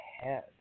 head